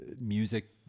music